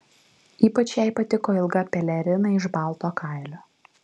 ypač jai patiko ilga pelerina iš balto kailio